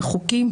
בחוקים,